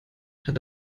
hat